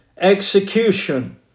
execution